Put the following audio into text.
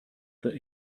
that